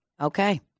Okay